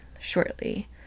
shortly